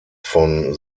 von